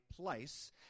place